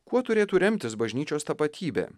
kuo turėtų remtis bažnyčios tapatybė